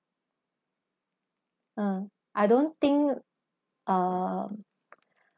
uh I don't think um